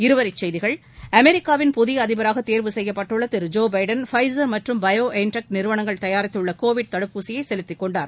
இருவரி செய்திகள் அமெரிக்காவின் புதிய அதிபராக தேர்வு செய்யப்பட்டுள்ள திரு ஜோ பைடன் ஃபைன் மற்றும் பயோ என் டெக் நிறுவனங்கள் தயாரித்துள்ள கோவிட் தடுப்பூசியை செலுத்தி கொண்டார்